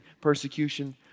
persecution